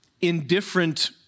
indifferent